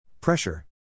Pressure